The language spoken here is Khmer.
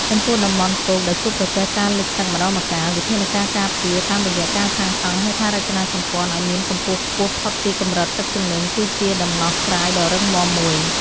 ចំពោះតំបន់គោកដែលជួបប្រទះការលិចទឹកម្តងម្កាល វិធានការការពារតាមរយៈការសាងសង់ហេដ្ឋារចនាសម្ព័ន្ធឱ្យមានកម្ពស់ខ្ពស់ផុតពីកម្រិតទឹកជំនន់គឺជាដំណោះស្រាយដ៏រឹងមាំមួយ។